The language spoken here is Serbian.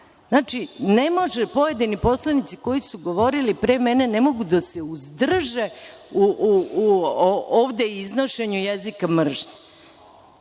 Znači, ne mogu pojedini poslanici koji su govorili pre mene da se uzdrže ovde u iznošenju jezika mržnje.